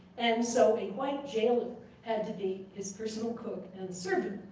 and so a white jailer had to be his personal cook and servant.